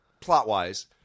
plot-wise